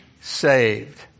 saved